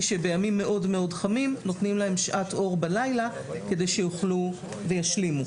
שבימים מאוד מאוד חמצים נותנים להם שעת אור בלילה כדי שיאכלו וישלימו.